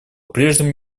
прежнему